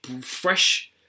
fresh